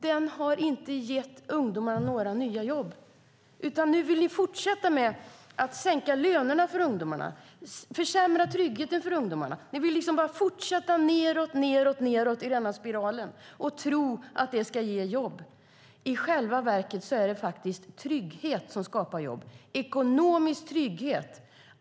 Denna politik har inte gett ungdomarna några nya jobb. Nu vill ni fortsätta att sänka lönerna för ungdomar och att försämra tryggheten för ungdomar. Ni vill bara fortsätta nedåt, nedåt och nedåt i denna spiral och tro att det ska ge jobb. I själva verket är det trygghet som skapar jobb - ekonomisk trygghet.